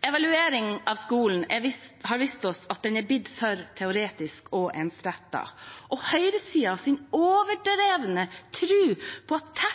Evaluering av skolen har vist oss at den har blitt for teoretisk og ensrettet, og høyresidens overdrevne tro på at